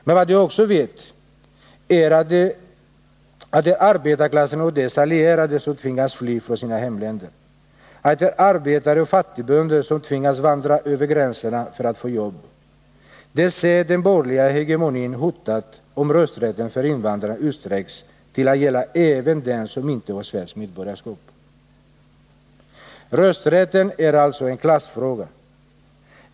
Men vad de också vet är att det är arbetarklassen och dess allierade som tvingas fly från sina hemländer, att det är arbetare och fattigbönder som tvingas vandra över gränserna för att få jobb. De ser den borgerliga hegemonin hotad om rösträtten för invandrare utsträcks till att gälla även dem som inte har svenskt medborgarskap. Rösträtten är alltså en klassfråga.